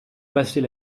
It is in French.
passer